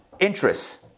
interests